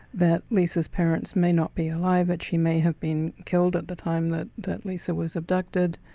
that lisa's parents may not be alive, that she may have been killed at the time that that lisa was abducted.